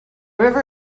river